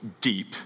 deep